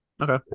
Okay